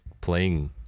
playing